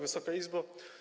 Wysoka Izbo!